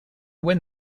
win